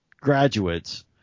graduates